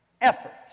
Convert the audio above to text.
effort